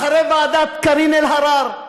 אחרי ועדת קארין אלהרר,